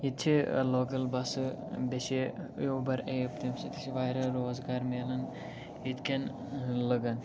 ییٚتہِ چھِ لوکَل بَسہٕ بیٚیہِ چھِ اوٗبَر ایپ تمہِ سۭتۍ تہِ چھِ واریاہ روزگار میلان ییٚتہِ کٮ۪ن لُکَن